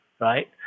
right